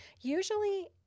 Usually